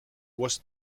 was